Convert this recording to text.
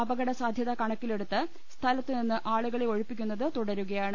അപകടസാധൃത കണക്കിലെടുത്ത് സ്ഥലത്തു നിന്ന് ആളുകളെ ഒഴി പ്പിക്കുന്നത് തുടരുകയാണ്